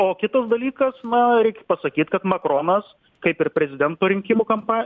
o kitas dalykas na reik pasakyt kad makronas kaip ir prezidento rinkimų kampa